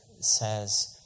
says